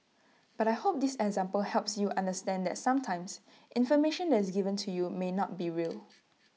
but I hope this example helps you understand that sometimes information that is given to you may not be real